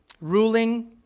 ruling